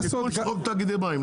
חוק תאגידי מים.